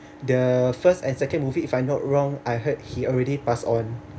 the first and second movie if I'm not wrong I heard he already pass on